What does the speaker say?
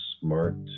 smart